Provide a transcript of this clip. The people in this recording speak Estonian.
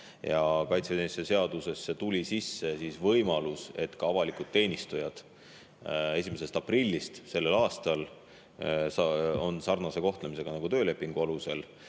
Kaitseväeteenistuse seadusesse tuli sisse võimalus, et avalikud teenistujad on 1. aprillist sellel aastal sarnase kohtlemisega nagu töölepingu alusel